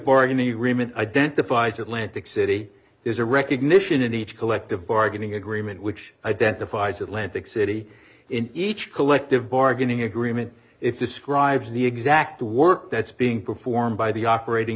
bargaining agreement identifies atlantic city there's a recognition in each collective bargaining agreement which identifies atlantic city in each collective bargaining agreement it describes the exact the work that's being performed by the operating